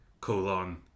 colon